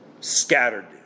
Scattered